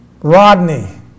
Rodney